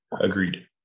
Agreed